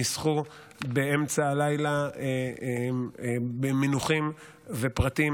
ניסחו באמצע הלילה מינוחים ופרטים,